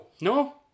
No